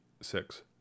six